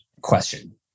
question